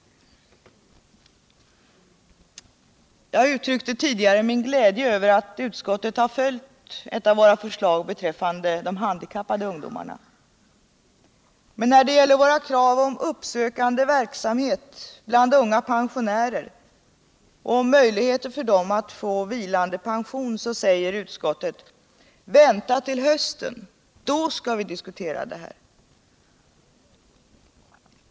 Jag uttryckte tidigare min glädje över att utskottet följt ett av våra förslag beträffande de handikappade ungdomarna. Men när det gäller våra krav om uppsökande verksamhet bland unga pensionärer och om möjligheter för dem all få vilande pension säger utskottet: Vänta till hösten. Då skall vi diskutera detta.